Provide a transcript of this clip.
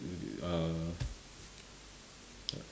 do the uh